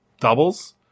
doubles